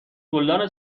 گلدان